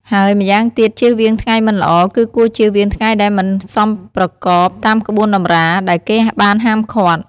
ហើយម្យ៉ាងទៀតជៀសវាងថ្ងៃមិនល្អ គឺគួរជៀសវាងថ្ងៃដែលមិនសមប្រកបតាមក្បួនតម្រា ដែលគេបានហាមឃាត់។